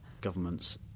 governments